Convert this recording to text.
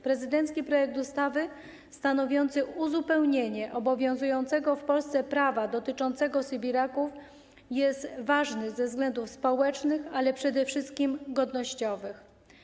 Prezydencki projekt ustawy stanowiący uzupełnienie obowiązującego w Polsce prawa dotyczącego sybiraków jest ważny ze względów społecznych, ale przede wszystkim godnościowych.